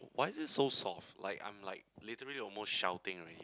why is it so soft like I'm like literally almost shouting already